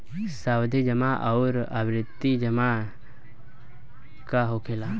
सावधि जमा आउर आवर्ती जमा का होखेला?